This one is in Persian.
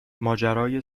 ماجرای